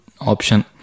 option